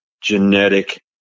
genetic